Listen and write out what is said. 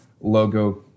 logo